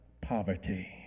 poverty